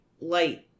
light